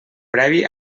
previ